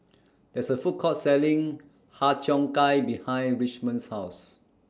There IS A Food Court Selling Har Cheong Gai behind Richmond's House